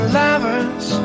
lovers